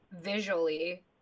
visually